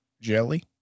jelly